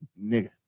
nigga